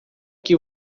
que